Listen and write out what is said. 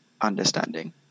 understanding